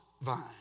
vine